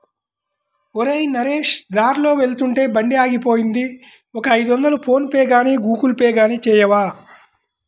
ఒరేయ్ నరేష్ దారిలో వెళ్తుంటే బండి ఆగిపోయింది ఒక ఐదొందలు ఫోన్ పేగానీ గూగుల్ పే గానీ చేయవా